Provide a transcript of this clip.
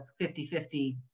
50-50